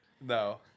No